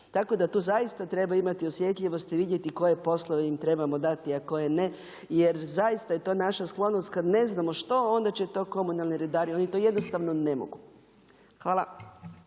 Tako da to zaista treba imati osjetljivosti, vidjeti koje poslove im trebamo dati a koje ne, jer zaista je to naša sklonost kad ne znamo što onda će to komunalni redari, oni to jednostavno ne mogu. Hvala.